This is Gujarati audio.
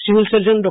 civil surgeon Dr